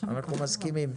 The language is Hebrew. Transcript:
אנחנו מסכימים.